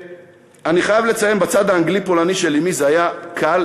אני חייב לציין שבצד האנגלי-פולני של אמי זה היה קל,